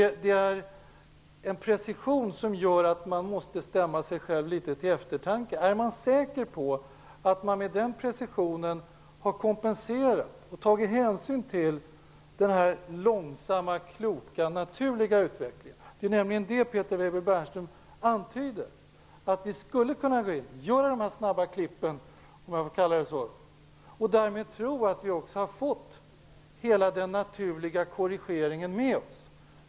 Precisionen här gör att det blir nödvändigt att man stäms till eftertanke. Är man säker på att man med nämnda precision har kompenserat och tagit hänsyn till den långsamma kloka naturliga utvecklingen? Peter Weibull Bernström antyder ju att vi skulle kunna gå in och göra snabba klipp så att säga för att därmed tro att vi också har fått hela den naturliga korrigeringen med oss.